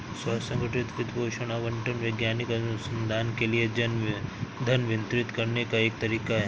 स्व संगठित वित्त पोषण आवंटन वैज्ञानिक अनुसंधान के लिए धन वितरित करने का एक तरीका हैं